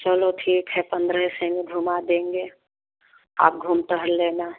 चलो ठीक है पन्द्रह ही सौ में घुमा देंगे आप घूम टहल लेना